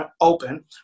open